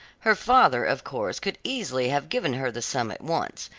her father, of course, could easily have given her the sum at once,